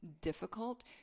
difficult